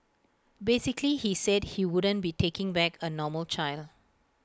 basically he said he wouldn't be taking back A normal child